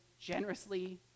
generously